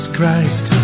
Christ